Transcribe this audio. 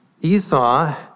Esau